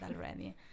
already